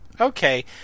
Okay